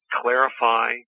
clarify